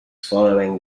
following